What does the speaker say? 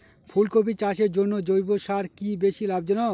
ফুলকপি চাষের জন্য জৈব সার কি বেশী লাভজনক?